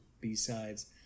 B-Sides